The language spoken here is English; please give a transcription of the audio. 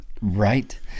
right